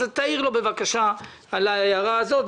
אז תעיר לו בבקשה על העניין הזה.